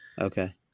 Okay